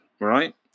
right